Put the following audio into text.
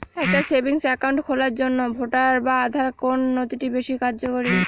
একটা savings account খোলার জন্য ভোটার বা আধার কোন নথিটি বেশী কার্যকরী?